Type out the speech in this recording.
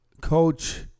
Coach